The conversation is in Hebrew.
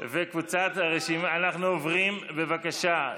אנחנו עוברים, בבקשה,